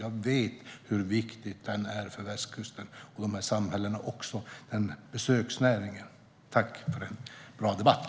Jag vet hur viktig den är för västkustens samhälle och också för besöksnäringen. Tack för en bra debatt!